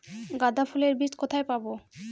গাঁদা ফুলের বীজ কোথায় পাবো?